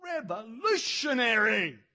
revolutionary